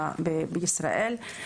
בישראל.